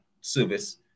service